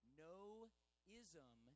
no-ism